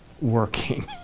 working